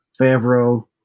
Favreau